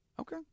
Okay